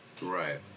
Right